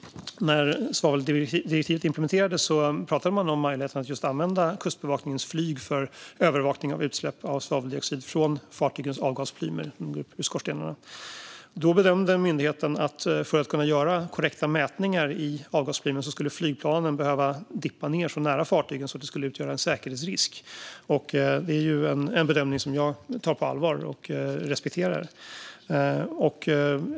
När svaveldirektivet implementerades pratade man om möjligheten att använda just Kustbevakningens flyg för att övervaka utsläpp av svaveldioxid från fartyg genom att mäta avgasplymen ur skorstenarna. Då bedömde myndigheten att för att kunna göra korrekta mätningar i avgasplymer skulle flygplanen behöva dippa ned så nära fartygen att det skulle utgöra en säkerhetsrisk. Det är en bedömning som jag tar på allvar och respekterar.